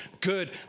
good